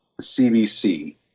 CBC